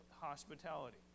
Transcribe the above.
hospitality